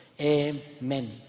Amen